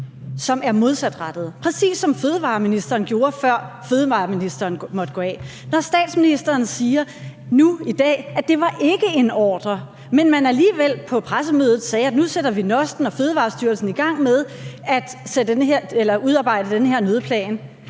som er modsatrettede – præcis som fødevareministeren gjorde, før fødevareministeren måtte gå af – altså når statsministeren nu i dag siger, at det ikke var en ordre, men at man alligevel på pressemødet sagde, at nu sætter vi NOST og Fødevarestyrelsen i gang med at udarbejde den her nødplan,